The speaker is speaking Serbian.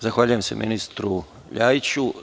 Zahvaljujem se ministru Ljajiću.